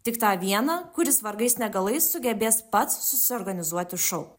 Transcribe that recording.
tik tą vieną kuris vargais negalais sugebės pats susiorganizuoti šou